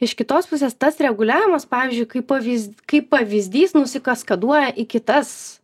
iš kitos pusės tas reguliavimas pavyzdžiui kaip pavyzd kaip pavyzdys nusikaskaduoja į kitas